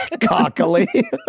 Cockily